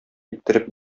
иттереп